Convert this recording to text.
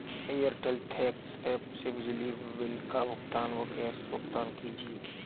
Airtel thanks app से बिजली bill का भुगतान व गैस भुगतान कीजिए